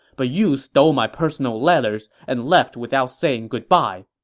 but you stole my personal letters and left without saying goodbye.